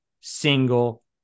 single